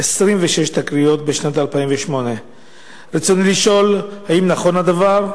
26 תקריות בשנת 2008. רצוני לשאול: 1. האם הנכון הדבר?